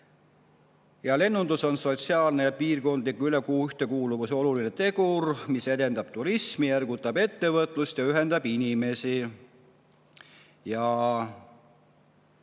Lennundus on sotsiaalse ja piirkondliku ühtekuuluvuse oluline tegur, mis edendab turismi, ergutab ettevõtlust ja ühendab inimesi. 2018.